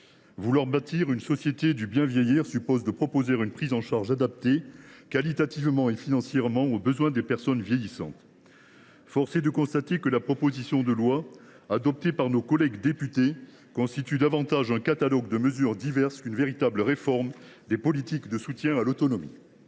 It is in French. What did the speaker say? Vouloir « bâtir une société du bien vieillir » suppose de proposer une prise en charge adaptée qualitativement et financièrement aux besoins des personnes vieillissantes. Force est de constater que la proposition de loi adoptée par nos collègues députés constitue davantage un catalogue de mesures diverses qu’une véritable réforme des politiques de soutien à l’autonomie.